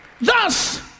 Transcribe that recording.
Thus